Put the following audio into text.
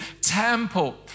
temple